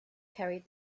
carried